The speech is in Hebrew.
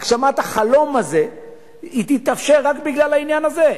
הגשמת החלום הזה תתאפשר רק בגלל העניין הזה.